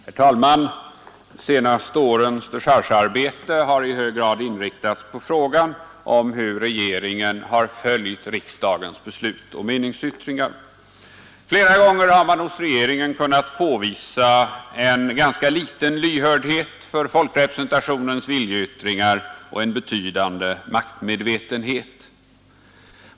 Herr talman! De senaste årens dechargearbete har i hög grad inriktats på frågan hur regeringen har följt riksdagens beslut och meningsyttringar. Flera gånger har man hos regeringen kunnat påvisa en ganska liten lyhördhet för folkrepresentationens viljeyttringar och en betydande maktmedvetenhet.